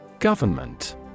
Government